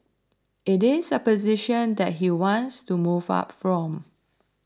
it is a position that he wants to move up from